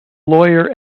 lawyer